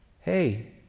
Hey